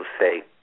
say